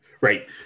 Right